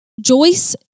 Joyce